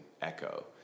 echo